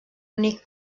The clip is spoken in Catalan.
únic